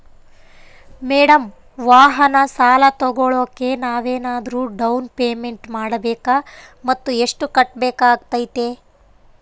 Madam ವಾಹನ ಸಾಲ ತೋಗೊಳೋಕೆ ನಾವೇನಾದರೂ ಡೌನ್ ಪೇಮೆಂಟ್ ಮಾಡಬೇಕಾ ಮತ್ತು ಎಷ್ಟು ಕಟ್ಬೇಕಾಗ್ತೈತೆ?